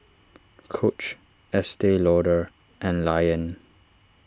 Coach Estee Lauder and Lion